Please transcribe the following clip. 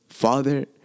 father